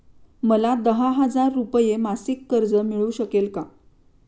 मला दहा हजार रुपये मासिक कर्ज मिळू शकेल का?